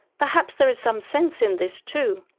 perhaps there is some sense in this too,